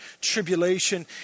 tribulation